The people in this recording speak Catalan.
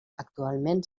actualment